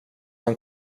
han